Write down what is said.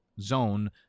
zone